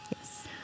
Yes